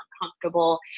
uncomfortable